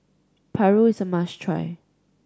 paru is a must try